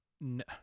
No